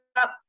up